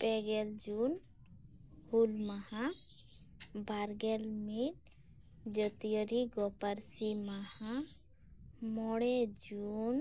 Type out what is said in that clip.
ᱯᱮ ᱜᱮᱞ ᱡᱩᱱ ᱦᱩᱞᱢᱟᱦᱟ ᱵᱟᱨ ᱜᱮᱞ ᱢᱤᱫ ᱡᱟᱹᱛᱭᱟᱹᱨᱤ ᱜᱚ ᱯᱟᱨᱥᱤ ᱢᱟᱦᱟ ᱢᱚᱬᱮ ᱡᱩᱱ